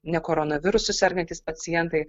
ne koronavirusu sergantys pacientai